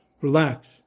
Relax